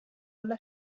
alla